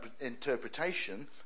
interpretation